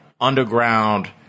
underground